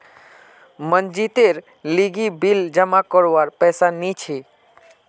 मनजीतेर लीगी बिल जमा करवार पैसा नि छी